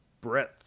breadth